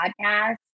podcast